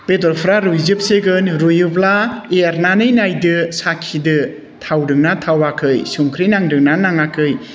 बेदरफ्रा रुइजोबसिगोन रुइयोब्ला एरनानै नायदो साखिदो थावदोंना थावाखै संख्रि नांदों ना नाङाखै